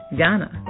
Ghana